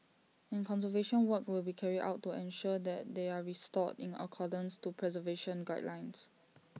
and conservation work will be carried out to ensure that they are restored in accordance to preservation guidelines